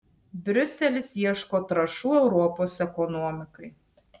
briuselis ieško trąšų europos ekonomikai